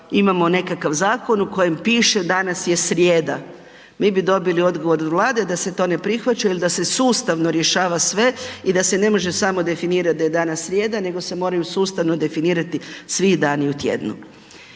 imamo nekakav zakon u kojem piše danas je srijeda. Mi bi dobili odgovor od Vlade da se to ne prihvaća jer da se sustavno rješava sve i da se ne može samo definirati da je danas srijeda nego se moraju sustavno definirati svi dani u tjednu.